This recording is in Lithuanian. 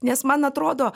nes man atrodo